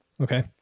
Okay